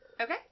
Okay